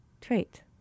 trait